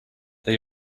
they